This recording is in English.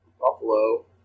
Buffalo